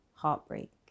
heartbreak